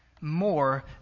more